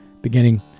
beginning